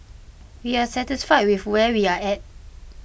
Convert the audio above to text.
we are satisfied with where we are at